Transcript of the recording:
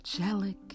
angelic